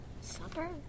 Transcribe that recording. Supper